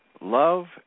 love